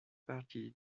party